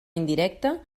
indirecta